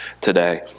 today